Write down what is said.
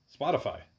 spotify